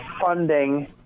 funding